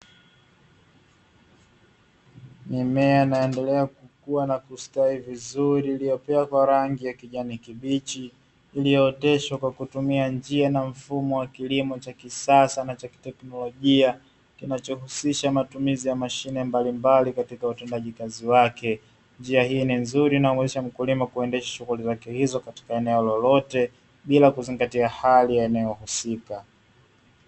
Mimea inayoendelea kukua na kustawi vizuri iliyopakwa rangi ya kijani kibichi, iliyooteshwa kwa kutumia njia na mfumo wa kilimo cha kisasa na cha teknolojia, kinacho husisha matumizi ya mashine mbalimbali katika utendaj,i kazi wake, njia hii ni nzuri na inamuwezesha mkulima kuendesha shughuli zake hizo katika eneo lolote bila kuzingatia hali ya eneo husika.